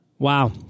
Wow